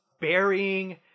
burying